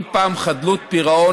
אם פעם מי שהיה חדל פירעון